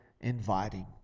inviting